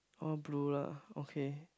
all blue lah okay